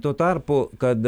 tuo tarpu kad